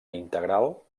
integral